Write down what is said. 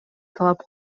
талап